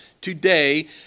today